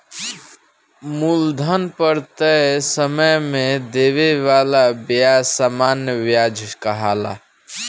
मूलधन पर तय समय में देवे वाला ब्याज सामान्य व्याज कहाला